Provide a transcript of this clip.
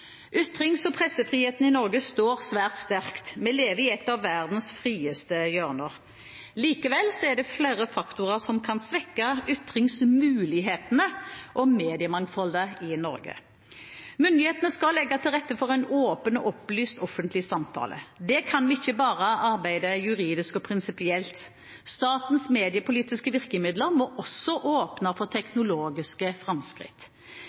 Ytrings- og pressefriheten i Norge står svært sterkt. Vi lever i et av verdens frieste hjørner. Likevel er det flere faktorer som kan svekke ytringsmulighetene og mediemangfoldet i Norge. Myndighetene skal legge til rette for en åpen og opplyst offentlig samtale. Da kan vi ikke bare arbeide juridisk og prinsipielt. Statens mediepolitiske virkemidler må også åpne for teknologiske framskritt.